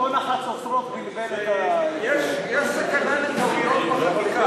הצעת חוק פיקוח אלקטרוני על עצור ועל